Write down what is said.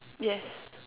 yes